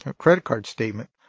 credit card statement,